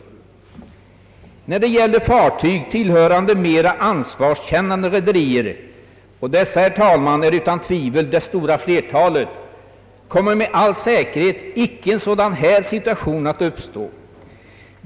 När det gäller fartyg tillhörande mera ansvarskännande rederier — och dessa är, herr talman, utan tvivel dei stora flertalet — kommer med all säkeoerhet icke en sådan här situation att uppstå.